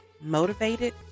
motivated